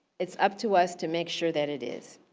it's up to us to make sure that it is.